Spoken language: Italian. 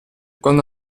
quando